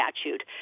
statute